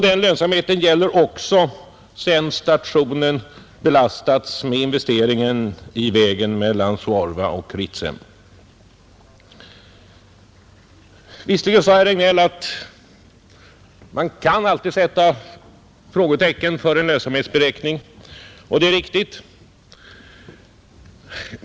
Den lönsamheten gäller också sedan stationen belastats med investeringen i vägen mellan Suorva och Ritsem. Visserligen sade herr Regnéll att man alltid kan sätta frågetecken för en lönsamhetsberäkning, och det är riktigt.